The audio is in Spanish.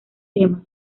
tema